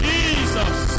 Jesus